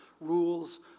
rules